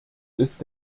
ist